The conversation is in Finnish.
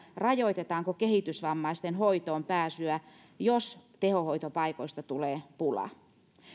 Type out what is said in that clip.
rajoitetaanko kehitysvammaisten hoitoonpääsyä jos tehohoitopaikoista tulee pula